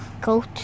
Goat